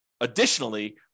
additionally